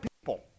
people